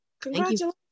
Congratulations